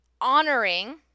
honoring